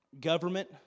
government